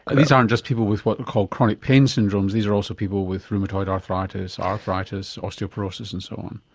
ah these aren't just people with what are called chronic pain syndromes, these are also people with rheumatoid arthritis, arthritis, osteoporosis and so on.